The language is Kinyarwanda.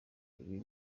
riri